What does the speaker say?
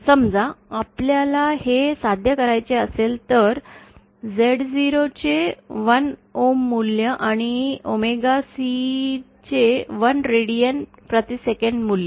समजा आपल्याला हे साध्य करायचे असेल तर Z0 चे 1Ohm मूल्य आणि ओमेगा C चे 1 रेडियन प्रति सेकंद मूल्य